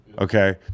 Okay